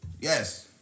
Yes